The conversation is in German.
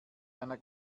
einer